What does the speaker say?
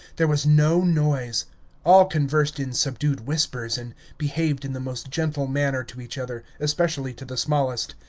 there was no noise all conversed in subdued whispers and behaved in the most gentle manner to each other, especially to the smallest,